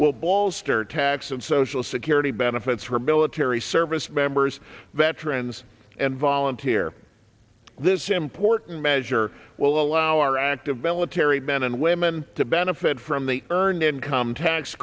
tax and social security benefits for military service members veterans and volunteer this important measure will allow our active military men and women to benefit from the earned income tax